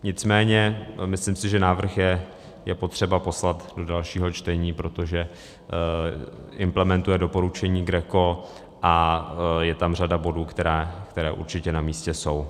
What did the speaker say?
Nicméně myslím si, že návrh je potřeba poslat do dalšího čtení, protože implementuje doporučení GRECO a je tam řada bodů, které určitě namístě jsou.